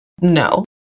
no